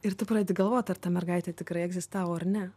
ir tu pradedi galvot ar ta mergaitė tikrai egzistavo ar ne